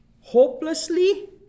hopelessly